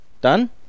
Done